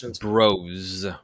bros